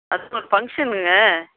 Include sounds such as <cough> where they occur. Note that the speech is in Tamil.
<unintelligible> ஃபங்க்ஷனுங்க